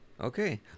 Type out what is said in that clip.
okay